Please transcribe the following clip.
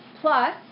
Plus